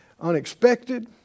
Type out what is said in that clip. unexpected